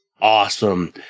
awesome